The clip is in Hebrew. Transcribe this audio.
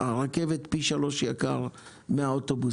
כאשר התעריף ברכבת יקר פי שלושה מהאוטובוס.